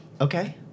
Okay